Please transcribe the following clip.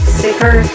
sicker